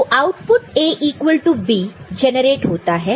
तो output A equal to B generate होता है